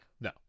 No